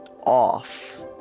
off